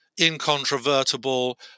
incontrovertible